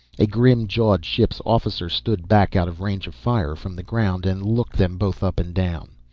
a grim-jawed ship's officer stood back out of range of fire from the ground and looked them both up and down.